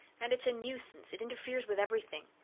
and it's a nuisance it interferes with everything.